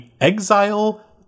exile